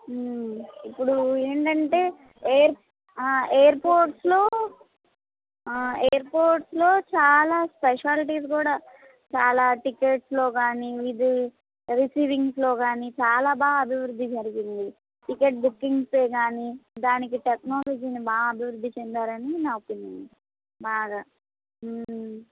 ఇప్పుడు ఏంటంటే ఎయిర్పోర్ట్లో ఎయిర్పోర్ట్లో చాలా స్పెషాలటీస్ కూడా చాల టికెట్లో కాని ఇది రిసీవింగ్లో కాని చాలా బాగా అభివృద్ది జరిగింది టికెట్ బుకింగ్స్ కాని దానికి టెక్నాలజీని బాగా అభివృద్ది చెందాలని నా ఫీలింగ్ బాగా